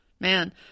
Man